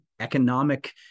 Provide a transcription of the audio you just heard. economic